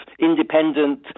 independent